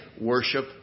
worship